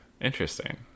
interesting